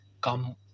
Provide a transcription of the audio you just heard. come